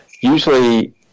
usually